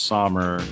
Summer